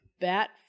bat